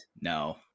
No